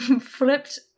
flipped